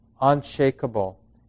unshakable